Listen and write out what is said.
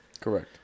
correct